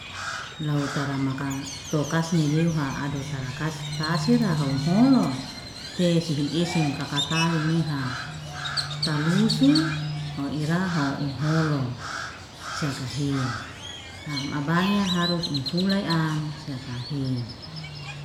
Law tara maka to kasni leuha ado tara kas kasira hom holo te si'him isim kakatali meha talusuh iraho um holo sia yakahe a- abilya harus um fulya siayakahe.